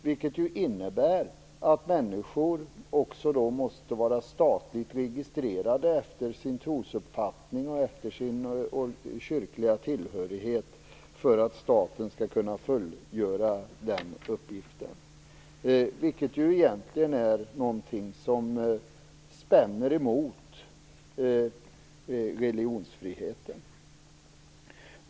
Det senare innebär att människor måste vara statligt registrerade efter sin trosuppfattning och sin kyrkliga tillhörighet för att staten skall kunna fullgöra den uppgiften, vilket ju egentligen strider emot religionsfriheten.